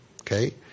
Okay